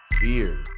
fear